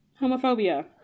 homophobia